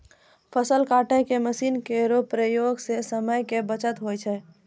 फसल काटै के मसीन केरो प्रयोग सें समय के बचत होय छै